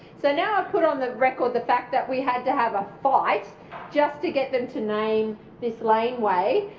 so now i put on the record the fact that we had to have a fight just to get them to name this laneway.